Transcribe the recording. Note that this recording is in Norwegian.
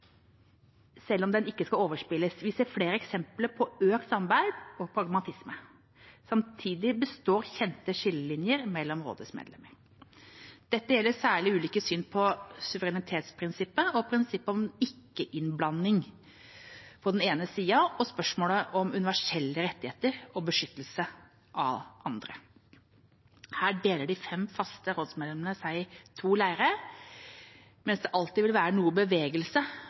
selv om den ikke skal overspilles. Vi ser flere eksempler på økt samarbeid og pragmatisme. Samtidig består kjente skillelinjer mellom rådets medlemmer. Dette gjelder særlig ulike syn på suverenitetsprinsippet og prinsippet om ikke-innblanding på den ene siden, og spørsmålet om universelle rettigheter og beskyttelse på den andre. Her deler de fem faste rådsmedlemmene seg i to leirer, mens det alltid vil være noe bevegelse